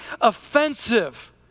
offensive